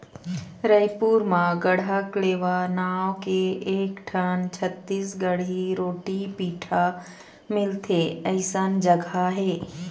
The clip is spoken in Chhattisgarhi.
रइपुर म गढ़कलेवा नांव के एकठन छत्तीसगढ़ी रोटी पिठा मिलथे अइसन जघा हे